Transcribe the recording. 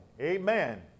Amen